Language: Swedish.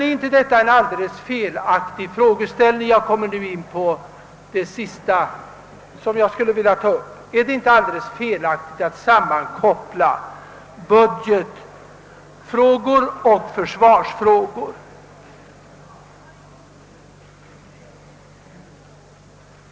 Men är det inte alldeles felaktigt att sammankoppla u-landsfrågor och försvarsfrågor?